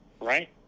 right